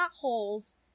holes